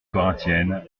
corinthiennes